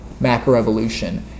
macroevolution